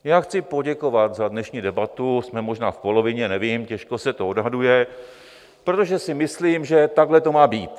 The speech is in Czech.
Já chci poděkovat za dnešní debatu jsme možná v polovině, nevím, těžko se to odhaduje, protože si myslím, že takhle to má být.